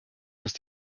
dass